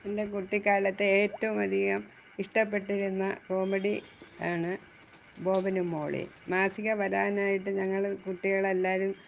എൻ്റെ കുട്ടിക്കാലത്തെ ഏറ്റവും അധികം ഇഷ്ടപ്പെട്ടിരുന്ന കോമഡി ആണ് ബോബനും മോളിയും മാസിക വരാനായിട്ട് ഞങ്ങൾ കുട്ടികളെല്ലാവരും